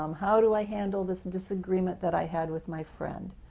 um how do i handle this disagreement that i had with my friend?